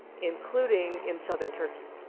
including in southern turkey.